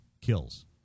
kills